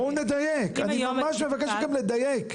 בואו נדייק, אני ממש מבקש לדייק.